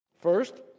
First